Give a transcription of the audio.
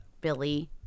Billy